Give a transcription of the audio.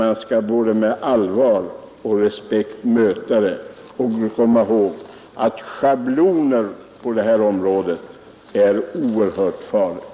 Man skall möta ställningstagandet med allvar och respekt och man skall komma ihåg att det är oerhört farligt att tänka i schabloner på detta område.